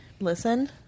listen